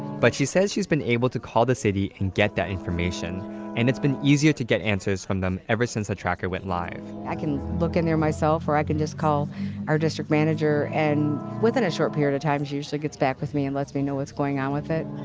but she says she's been able to call the city and get that information and it's been easier to get answers from them ever since the tracker went live i can look in there myself or i can just call our district manager and within a short period of time, she usually gets back with me and lets me know what's going on with it